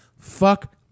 Fuck